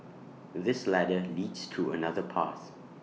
this ladder leads to another path